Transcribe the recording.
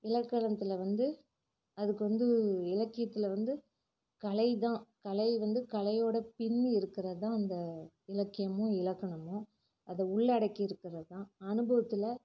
இலக்கணத்தில் வந்து அதுக்கு வந்து இலக்கியத்தில் வந்து கலை தான் கலை வந்து கலையோட பிண்ணி இருக்கிறதுதான் அந்த இலக்கியமும் இலக்கணமும் அதை உள்ளடக்கி இருக்கிறது தான் அனுபவத்தில்